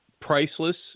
priceless